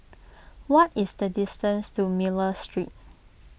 what is the distance to Miller Street